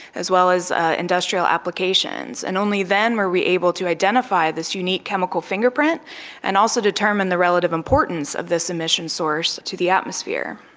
as well as industrial applications, and only then were we able to identify this unique chemical fingerprint and also determine the relative importance of this emission source to the atmosphere.